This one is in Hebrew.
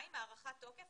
הארכת תוקף,